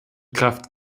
kraft